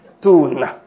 two